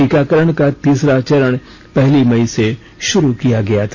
टीकाकरण का तीसरा चरण पहली मई से शुरू किया गया था